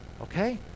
okay